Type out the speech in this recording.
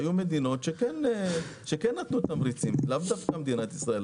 היו מדינות שכן נתנו תמריצים, לא רק מדינת ישראל.